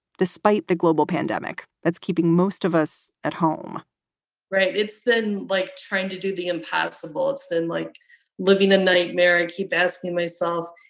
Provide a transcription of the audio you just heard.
despite the global pandemic that's keeping most of us at home right. it's been like trying to do the impossible. it's been like living a nightmare. i keep asking myself,